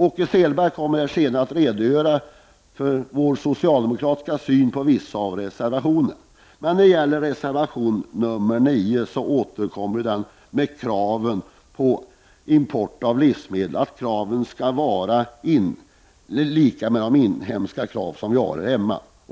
Åke Selberg kommer senare i debatten att redogöra för den socialdemokratiska synen på vissa av reservationerna i betänkandet. Jag skall emellertid beröra några av dem. I reservation 9 påpekas ännu en gång att samma krav bör ställas på importerade livsmedel som på svenska. Men